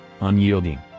Unyielding